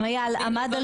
גם אייל עמד על זה.